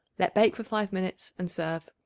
let bake for five minutes and serve.